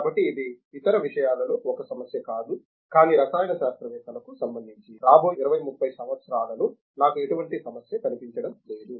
కాబట్టి ఇది ఇతర విషయాలలో ఒక సమస్య కాదు కానీ రసాయన శాస్త్రవేత్తలకు సంబందించి రాబోయే 20 30 సంవత్సరాలలో నాకు ఎటువంటి సమస్య కనిపించడం లేదు